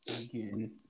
again